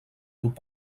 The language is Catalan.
grup